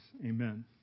amen